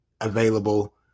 available